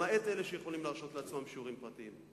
למעט אלה שיכולים להרשות לעצמם שיעורים פרטיים.